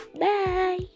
bye